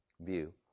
view